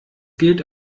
gilt